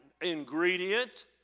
ingredient